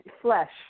flesh